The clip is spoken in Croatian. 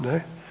Ne.